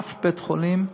אף בית-חולים,